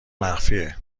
مخفیه